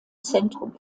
zentrum